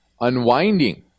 unwinding